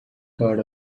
heard